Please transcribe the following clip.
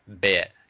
bit